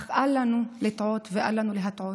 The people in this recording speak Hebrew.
אך אל לנו לטעות ואל לנו להטעות.